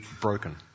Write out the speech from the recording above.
broken